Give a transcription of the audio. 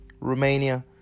Romania